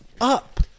up